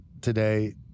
today